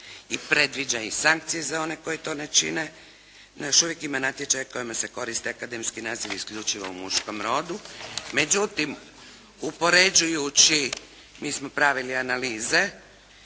I predviđa i sankcije za one koji to ne čine. Još uvijek ima natječaja kojima se koriste akademski nazivi isključivo u muškom rodu. Međutim, upoređujući, mi smo pravili analize,